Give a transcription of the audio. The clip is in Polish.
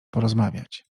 porozmawiać